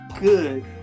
good